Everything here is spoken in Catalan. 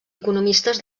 economistes